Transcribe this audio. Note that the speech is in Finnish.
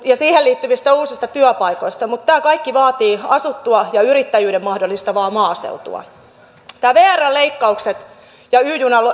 ja siihen liittyvistä uusista työpaikoista mutta tämä kaikki vaatii asuttua ja yrittäjyyden mahdollistavaa maaseutua nämä vrn leikkaukset ja